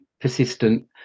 persistent